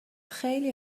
خیلی